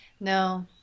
No